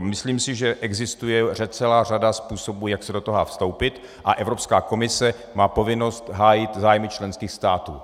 Myslím si, že existuje celá řada způsobů, jak se do toho dá vstoupit, a Evropská komise má povinnost hájit zájmy členských států.